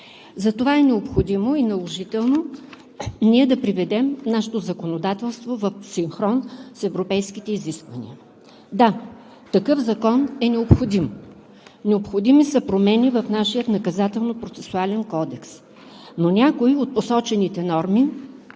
Затова е необходимо и наложително ние да приведем нашето законодателство в синхрон с европейските изисквания. Да, такъв закон е необходим, необходими са промени в нашия Наказателно-процесуален кодекс, но някои от посочените норми,